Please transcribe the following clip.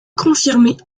confirmée